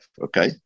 okay